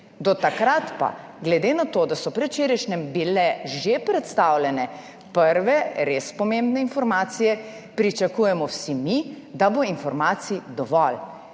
Do takrat pa, glede na to, da so predvčerajšnjim bile že predstavljene prve res pomembne informacije, pričakujemo vsi mi, da bo informacij dovolj.